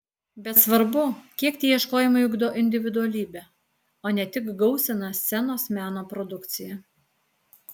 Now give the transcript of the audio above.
bet svarbu kiek tie ieškojimai ugdo individualybę o ne tik gausina scenos meno produkciją